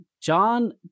john